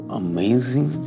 amazing